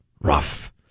Rough